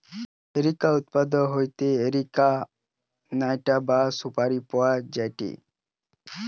areca উদ্ভিদ হইতে areca nut বা সুপারি পাওয়া যায়টে